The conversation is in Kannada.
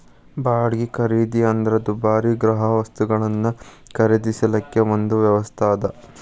ಬಾಡ್ಗಿ ಖರೇದಿ ಅಂದ್ರ ದುಬಾರಿ ಗ್ರಾಹಕವಸ್ತುಗಳನ್ನ ಖರೇದಿಸಲಿಕ್ಕೆ ಒಂದು ವ್ಯವಸ್ಥಾ ಅದ